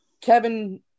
Kevin